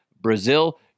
Brazil